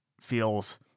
feels